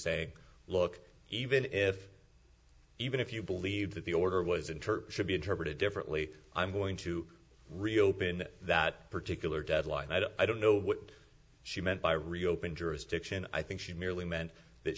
say look even if even if you believe that the order was interpreted be interpreted differently i'm going to reopen that particular deadline i don't know what she meant by reopen jurisdiction i think she merely meant that